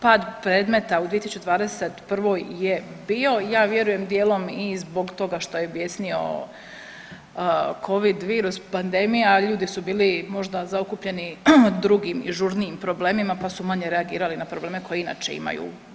Pad predmeta u 2021. je bio, ja vjerujem dijelom i zbog toga što je bjesnio Covid virus, pandemija, ljudi su bili možda zaokupljeni drugih žurnijim problemima pa su manje reagirali na probleme koje inače imaju.